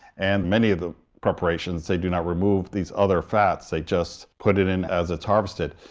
and many of the preparations, they do not remove these other fats, they just put it in as it's harvested.